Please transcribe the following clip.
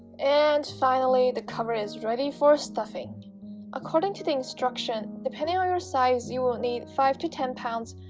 and finally, the cover is ready for stuffing according to the instruction, depending on your size you will need five to ten pounds,